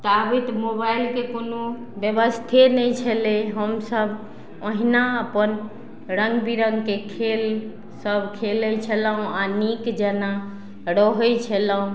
ताबैत मोबाइलके कोनो व्यवस्थे नहि छलै हमसब ओहिना अपन रङ्ग बिरङ्गके खेल सब खेलय छलहुँ आओर नीक जेना रहय छलहुँ